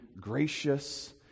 gracious